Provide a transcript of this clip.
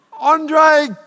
Andre